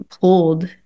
pulled